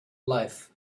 life